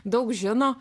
daug žino